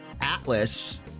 Atlas